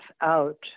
out